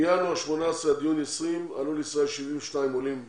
מינואר 18' עד יוני 20' עלו לישראל 72 עולים חדשים,